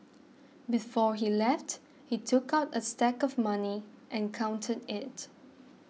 before he left he took out a stack of money and counted it